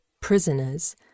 prisoners